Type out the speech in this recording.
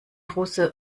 russe